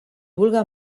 vulga